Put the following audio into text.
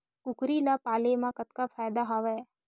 कुकरी ल पाले म का फ़ायदा हवय?